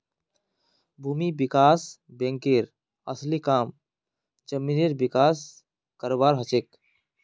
भूमि विकास बैंकेर असली काम जमीनेर विकास करवार हछेक